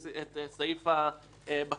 סעיף הבקרה.